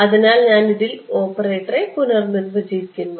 അതിനാൽ ഞാൻ ഇതിൽ ഓപ്പറേറ്ററെ പുനർനിർവചിക്കുന്നു